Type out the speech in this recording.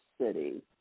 city